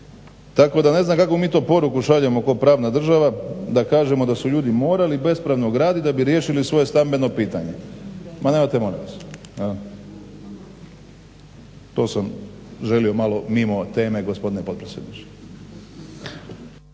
Tako da ne znam kakvu mi to poruku šaljemo kao pravna država da kažemo da su ljudi morali bespravno gradit da bi riješili svoje stambeno pitanje. Ma nemojte molim vas. To sam želio malo mimo teme gospodine potpredsjedniče.